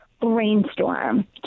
brainstorm